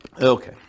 Okay